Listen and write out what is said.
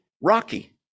Rocky